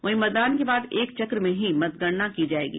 वहीं मतदान के बाद एक चक्र में ही मतगणना की जायेगी